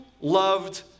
loved